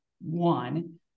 one